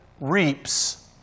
reaps